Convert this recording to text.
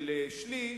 של שליש,